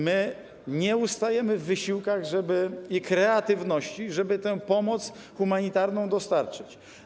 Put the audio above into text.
My nie ustajemy w wysiłkach i kreatywności, żeby tę pomoc humanitarną dostarczyć.